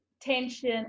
tension